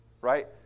right